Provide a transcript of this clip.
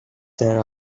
there